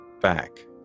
back